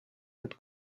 that